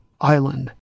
island